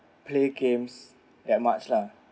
play games that much lah